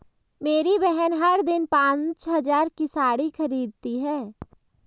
मेरी बहन हर दिन पांच हज़ार की साड़ी खरीदती है